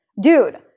dude